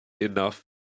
enough